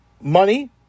money